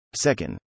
Second